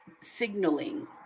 signaling